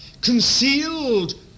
Concealed